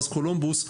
בעז קולומבוס,